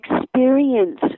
experience